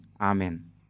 amen